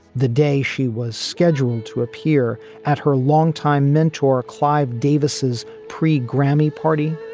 the day she was scheduled to appear at her longtime mentor, clive davis's pre-grammy party,